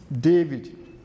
David